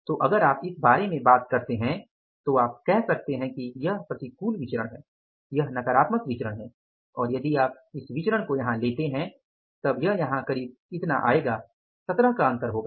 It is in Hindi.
तो अगर आप इस बारे में बात करते हैं तो आप कह सकते हैं कि यह प्रतिकूल विचरण है यह नकारात्मक विचरण है और यदि आप इस विचरण को यहाँ लेते हैं तब यह यहाँ करीब इतना आएगा 17 का अंतर होगा